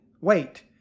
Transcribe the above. Wait